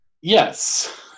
Yes